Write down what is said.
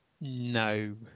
No